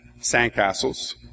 sandcastles